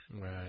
Right